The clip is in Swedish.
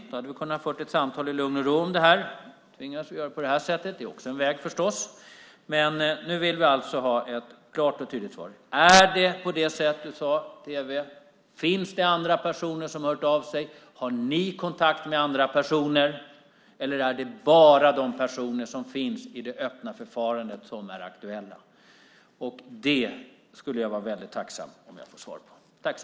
Där hade vi kunnat föra ett samtal i lugn och ro om det här. Nu tvingas vi att göra det på det här sättet. Det är förstås också en väg. Men nu vill vi alltså ha ett klart och tydligt svar: Är det på det sättet att det finns andra personer som har hört av sig? Har ni kontakt med andra personer, eller är det bara de personer som finns i det öppna förfarandet som är aktuella? Det skulle jag vara väldigt tacksam att få svar på.